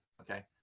okay